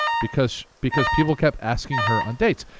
because because people kept asking her on dates.